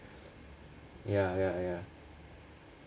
ya ya ya